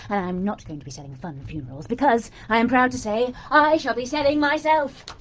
and i am not going to be selling funn funerals because i am proud to say i shall be selling myself!